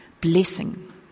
blessing